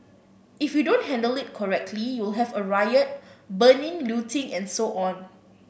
if you don't handle it correctly you'll have a riot burning looting and so on